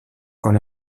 con